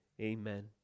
Amen